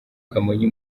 kamonyi